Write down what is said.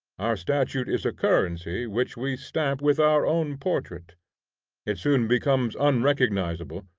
our statute is a currency which we stamp with our own portrait it soon becomes unrecognizable,